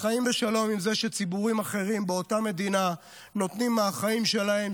וחיים בשלום עם זה שציבורים אחרים באותה מדינה נותנים מהחיים שלהם,